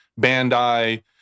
Bandai